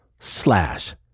slash